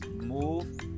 Move